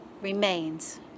remains